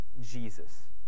Jesus